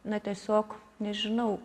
na tiesiog nežinau